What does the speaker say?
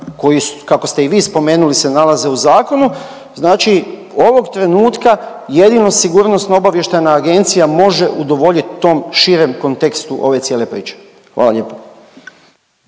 koji kako ste i vi spomenuli se nalaze u zakonu, znači ovoga trenutka jedino SOA može udovoljit tom širem kontekstu ove cijele priče. Hvala lijepo.